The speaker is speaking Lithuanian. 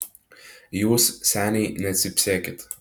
jūs seniai necypsėkit